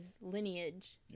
lineage